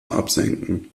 absenken